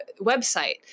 website